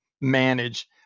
manage